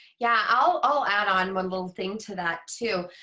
yeah i'll add on one little thing to that too.